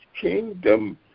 kingdom